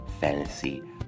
fantasy